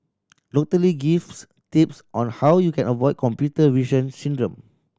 Doctor Lee gives tips on how you can avoid computer vision syndrome